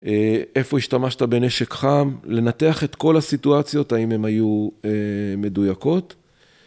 איפה השתמשת בנשק חם, לנתח את כל הסיטואציות, האם הן היו מדויקות.